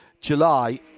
July